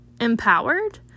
empowered